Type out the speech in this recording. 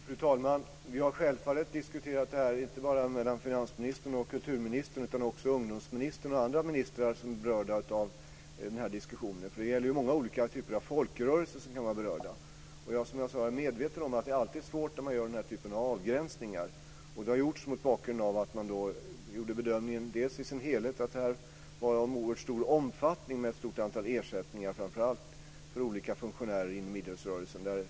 Fru talman! Vi har självfallet diskuterat detta - inte bara mellan finansministern och kulturministern utan också med ungdomsministern och andra ministrar som är berörda av diskussionen. Det är ju många olika typer av folkrörelser som kan vara berörda. Som jag sade är jag medveten om att det alltid är svårt att göra den här typen av avgränsningar. Detta har gjorts mot bakgrund av att man gjorde bedömningen i dess helhet att detta var av en oerhört stor omfattning och att det gällde ett stort antal ersättningar, framför allt för olika funktionärer inom idrottsrörelsen.